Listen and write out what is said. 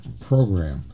Program